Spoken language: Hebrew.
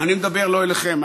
אני מדבר לא אליכם,